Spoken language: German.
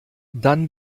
dann